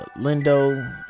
Lindo